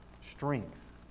strength